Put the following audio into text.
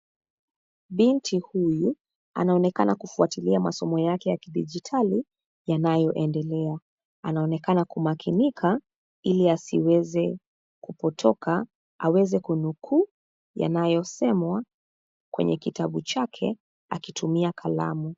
Binti huyu, anaonekana kufuatilia masomo yake ya kidijitali, yanayoendelea, anaonekana kumakinika, ili asiweze, kupotoka, aweze kunukuu, yanayosemwa, kwenye kitabu chake, akitumia kalamu.